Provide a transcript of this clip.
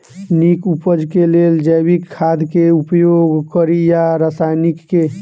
नीक उपज केँ लेल जैविक खाद केँ उपयोग कड़ी या रासायनिक केँ?